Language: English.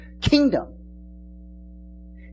kingdom